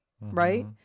right